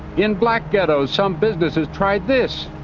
in black ghettos, some businesses tried this.